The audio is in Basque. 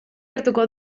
hartuko